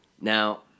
Now